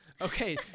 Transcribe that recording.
Okay